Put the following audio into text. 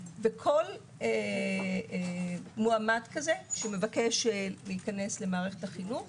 וכל מועמד כזה שמבקש להיכנס למערכת החינוך